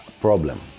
problem